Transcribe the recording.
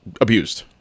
abused